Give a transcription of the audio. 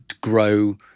grow